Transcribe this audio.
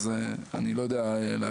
אז אני לא יודע להגיב.